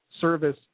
service